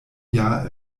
jahr